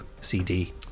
CD